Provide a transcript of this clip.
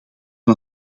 van